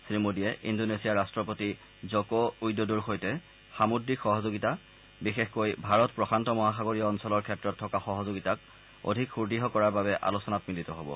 শ্ৰীমোডীয়ে ইণ্ডোনেছিয়াৰ ৰাট্টপতি জক উইডোডোৰ সৈতে সামুদ্ৰিক সহযোগিতা বিশেষকৈ ভাৰতৰ উপকূল অঞ্চলৰ ক্ষেত্ৰত থকা সহযোগিতাক অধিক সুদ্ঢ় কৰাৰ বাবে আলোচনাত মিলিত হ'ব